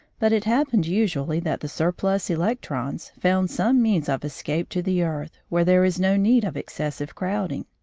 but it happened usually that the surplus electrons found some means of escape to the earth, where there is no need of excessive crowding.